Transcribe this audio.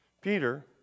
Peter